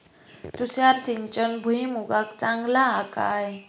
तुषार सिंचन भुईमुगाक चांगला हा काय?